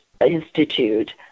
Institute